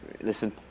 Listen